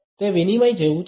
તે વિનિમય જેવું છે